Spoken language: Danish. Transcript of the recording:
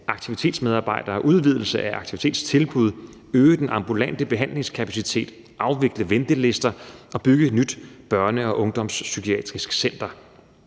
aktivitetsmedarbejdere, udvidelse af aktivitetstilbud, til at øge den ambulante behandlingskapacitet, afvikle ventelister og bygge et nyt børne- og ungdomspsykiatrisk center.